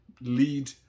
lead